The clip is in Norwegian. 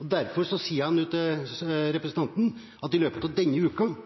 Derfor sier jeg til representanten nå at i løpet av denne